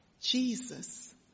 Jesus